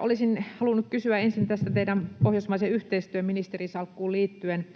Olisin halunnut kysyä ensin teidän pohjoismaisen yhteistyön ministerinsalkkuunne liittyen